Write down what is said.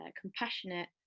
compassionate